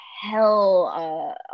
hell